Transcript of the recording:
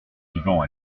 vivant